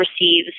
receives